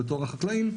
בתור החקלאים,